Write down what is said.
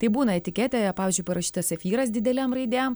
tai būna etiketėje pavyzdžiui parašyta safyras didelėm raidėm